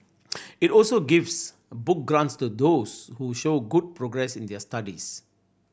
it also gives book grants to those who show good progress in their studies